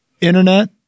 Internet